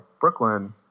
brooklyn